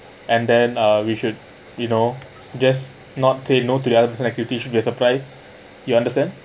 and then uh we should you know just not take noted to the other person activity should be a surprise you understand